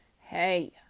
Hey